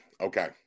okay